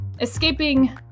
escaping